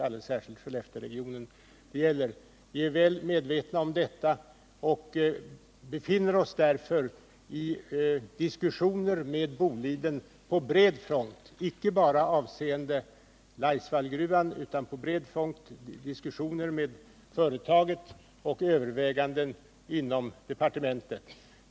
Vi befinner oss därför i diskussioner med Boliden på bred front, inte bara avseende Laisvallgruvan, och gör överväganden inom departementet.